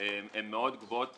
מאוד גבוהות